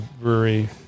brewery